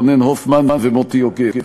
רונן הופמן ומוטי יוגב.